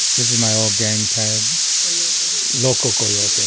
this is my old gang tag coyote loko coyote